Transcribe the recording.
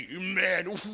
Man